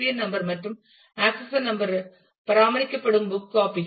என் number மற்றும் accession number பராமரிக்கப்படும் book copy கள்